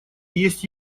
есть